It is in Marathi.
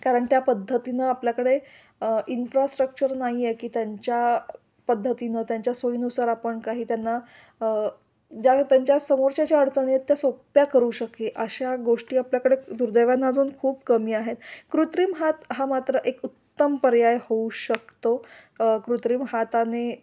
कारण त्या पद्धतीनं आपल्याकडे इन्फ्रास्ट्रक्चर नाहीये की त्यांच्या पद्धतीनं त्यांच्या सोयीनुसार आपण काही त्यांना ज्या त्यांच्या समोरच्याच्या अडचणी येत त्या सोप्प्या करू शके अशा गोष्टी आपल्याकडे दुर्दैव्याना अजून खूप कमी आहेत कृत्रिम हात हा मात्र एक उत्तम पर्याय होऊ शकतो कृत्रिम हाताने